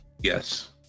Yes